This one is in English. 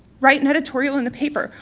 write an editorial in the paper,